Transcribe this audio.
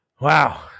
Wow